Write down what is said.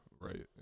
right